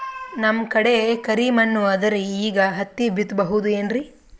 ನಮ್ ಕಡೆ ಕರಿ ಮಣ್ಣು ಅದರಿ, ಈಗ ಹತ್ತಿ ಬಿತ್ತಬಹುದು ಏನ್ರೀ?